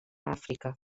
àfrica